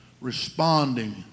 responding